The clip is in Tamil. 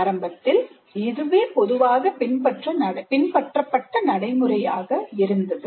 ஆரம்பத்தில் இதுவே பொதுவாகப் பின்பற்றப்பட்ட நடைமுறையாக இருந்தது